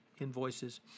invoices